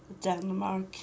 Denmark